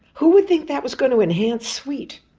who would think that was going to enhance sweet!